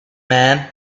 man